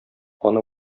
аны